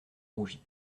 rougit